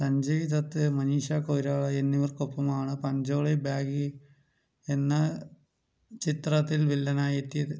സഞ്ജയ് ദത്ത് മനീഷ കൊയ്റാള എന്നിവർക്കൊപ്പമാണ് പഞ്ചോളി ബാഗി എന്ന ചിത്രത്തിൽ വില്ലനായി എത്തിയത്